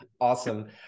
awesome